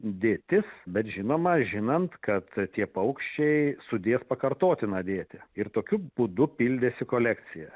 dėtis bet žinoma žinant kad tie paukščiai sudės pakartotiną dėtį ir tokiu būdu pildėsi kolekcija